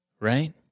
right